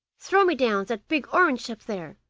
throw me down that big orange up there,